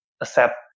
accept